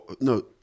no